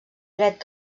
dret